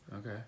Okay